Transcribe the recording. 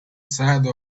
side